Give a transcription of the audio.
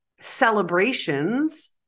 celebrations